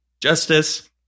justice